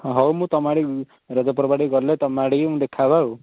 ହଁ ହଉ ମୁଁ ତୁମ ଆଡ଼ିକି ରଜପର୍ବ ଆଡ଼ିକି ଗଲେ ତୁମ ଆଡ଼ିକି ଦେଖା ହବା ଆଉ